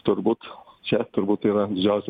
turbūt čia turbūt tai yra didžiausia